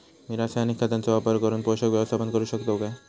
मी रासायनिक खतांचो वापर करून पोषक व्यवस्थापन करू शकताव काय?